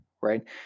Right